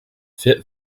fit